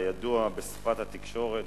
הידוע בשפת התקשורת,